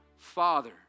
Father